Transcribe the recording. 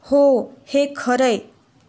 हो हे खरं आहे